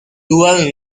dual